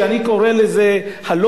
שאני קורא לו הלא-מוצלח,